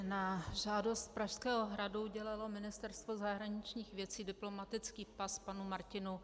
Na žádost Pražského hradu udělalo Ministerstvo zahraničních věcí diplomatický pas panu Martinu Nejedlému.